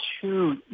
two